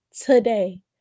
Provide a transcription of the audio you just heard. today